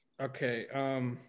Okay